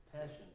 Passion